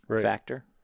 factor